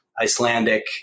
Icelandic